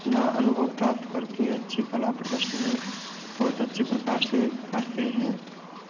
अपना अनुभव प्राप्त करके अच्छी कला प्रदर्शनी बहुत अच्छे प्रकार से करते हैं